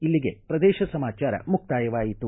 ಇಲ್ಲಿಗೆ ಪ್ರದೇಶ ಸಮಾಚಾರ ಮುಕ್ತಾಯವಾಯಿತು